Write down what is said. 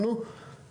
לגבי מיפוי המתקנים,